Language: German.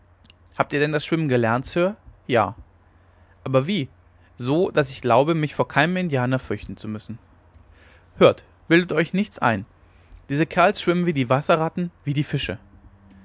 habt ihr denn das schwimmen gelernt sir ja aber wie so daß ich glaube mich vor keinem indianer fürchten zu müssen hört bildet euch nichts ein diese kerls schwimmen wie die wasserratten wie die fische